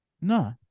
no